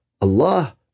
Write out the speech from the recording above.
Allah